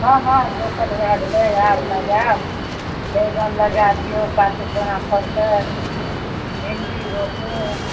हँ हँ जोतल भए गेलै आब लगायब बैगन लगा दिऔ कार्तिक आरमे फड़तै भिण्डी रोपु